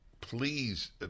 please